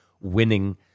winning